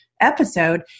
episode